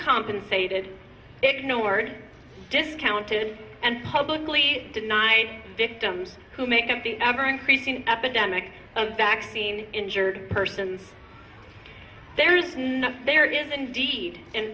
compensated ignored discounted and publicly denied victims who make up the ever increasing epidemic of vaccine injured persons there is no there is indeed an